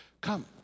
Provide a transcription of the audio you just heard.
Come